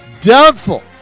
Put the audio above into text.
Doubtful